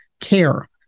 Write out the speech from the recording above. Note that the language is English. care